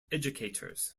educators